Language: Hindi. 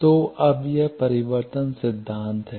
तो अब यह परावर्तन सिद्धांत है